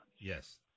yes